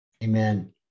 Amen